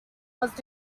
was